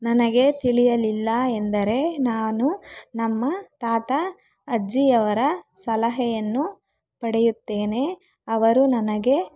ನನಗೆ ತಿಳಿಯಲಿಲ್ಲ ಎಂದರೆ ನಾನು ನಮ್ಮ ತಾತ ಅಜ್ಜಿಯವರ ಸಲಹೆಯನ್ನು ಪಡೆಯುತ್ತೇನೆ ಅವರು ನನಗೆ